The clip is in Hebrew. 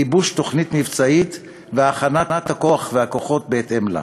גיבוש תוכנית מבצעית והכנת הכוח והכוחות בהתאם לה.